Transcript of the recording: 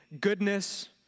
goodness